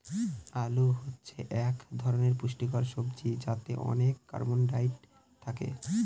আলু হচ্ছে এক ধরনের পুষ্টিকর সবজি যাতে অনেক কার্বহাইড্রেট থাকে